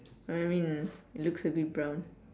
I mean looks a bit brown